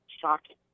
Shocking